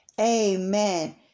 amen